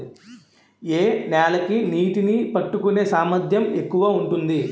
ఏ నేల కి నీటినీ పట్టుకునే సామర్థ్యం ఎక్కువ ఉంటుంది?